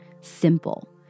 simple